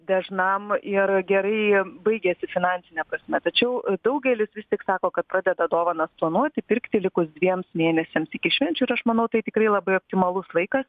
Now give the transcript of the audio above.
dažnam ir gerai baigiasi finansine prasme tačiau daugelis vis tik sako kad pradeda dovanas planuoti pirkti likus dviems mėnesiams iki švenčių ir aš manau tai tikrai labai optimalus laikas